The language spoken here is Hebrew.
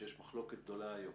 שיש מחלוקת גדולה יום